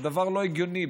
זה דבר לא הגיוני.